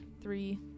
three